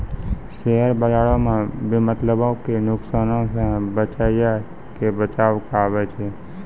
share बजारो मे बेमतलबो के नुकसानो से बचैये के बचाव कहाबै छै